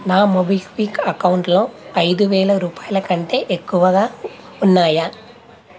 నా మోబిక్విక్ అకౌంటులో ఐదు వేల రూపాయల కంటే ఎక్కువగా ఉన్నాయా